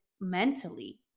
mentally